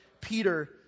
Peter